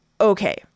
okay